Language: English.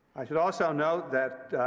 i should also note that,